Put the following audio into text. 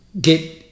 get